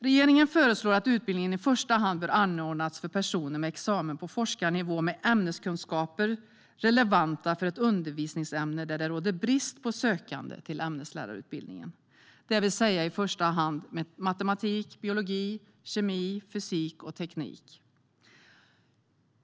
Regeringen föreslår att utbildningen i första hand bör anordnas för personer med examen på forskarnivå med ämneskunskaper relevanta för ett undervisningsämne där det råder brist på sökande till ämneslärarutbildningen, det vill säga i första hand matematik, biologi, kemi, fysik och teknik.